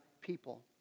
people